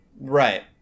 Right